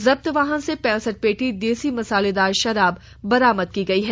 जब्त वाहन से पैंसठ पेटी देसी मसालेदार शराब बरामद की गयी है